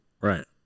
right